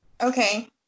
Okay